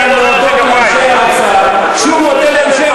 שאתה מפרגן.